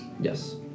Yes